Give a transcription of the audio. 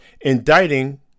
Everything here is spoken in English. indicting